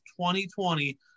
2020